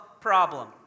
problem